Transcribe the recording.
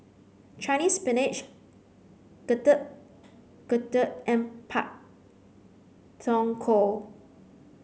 Chinese spinach Getuk Getuk and Pak Thong Ko